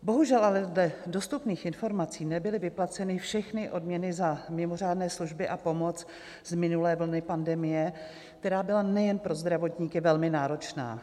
Bohužel ale dle dostupných informací nebyly vyplaceny všechny odměny za mimořádné služby a pomoc z minulé vlny pandemie, která byla nejen pro zdravotníky velmi náročná.